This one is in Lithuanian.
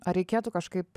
ar reikėtų kažkaip